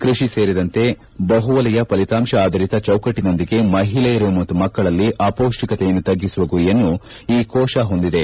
ಕೃಷಿ ಸೇರಿದಂತೆ ಬಹು ವಲಯ ಫಲಿತಾಂಶ ಆಧಾರಿತ ಚೌಕಟ್ಟನೊಂದಿಗೆ ಮಹಿಳೆಯರು ಮತ್ತು ಮಕ್ಕಳಲ್ಲಿ ಅಪೌಷ್ಷಿಕತೆಯನ್ನು ತಗ್ಗಿಸುವ ಗುರಿಯನ್ನು ಈ ಕೋಶ ಹೊಂದಿದೆ